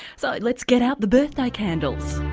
so let's get out the birthday candles.